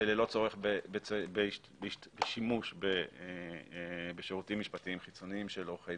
וללא צורך בשימוש בשירותים משפטיים חיצוניים של עורכי